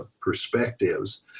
perspectives